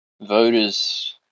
voters